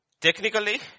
Technically